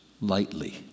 lightly